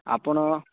ଆପଣ